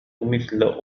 مثل